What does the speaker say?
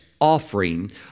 offering